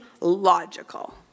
logical